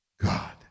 God